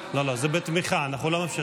לא, לא, זה בתמיכה, אנחנו לא מאפשרים.